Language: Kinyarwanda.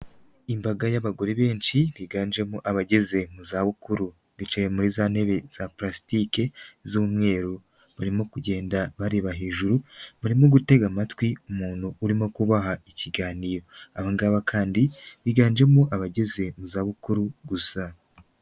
Imbaga y'abagore benshi biganjemo abageze mu zabukuru, bicaye muri za ntebe za purasitike z'umweru, barimo kugenda bareba hejuru barimo gutega amatwi umuntu urimo kubaha ikiganiro, aba ngaba kandi, higanjemo abageze mu za bukuru gusa.